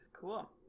cool